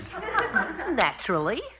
Naturally